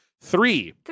three